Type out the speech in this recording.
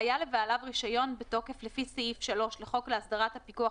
היה לבעליו רישיון בתוקף לפי סעיף 3 לחוק להסדרת הפיקוח